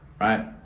Right